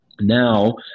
Now